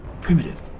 Primitive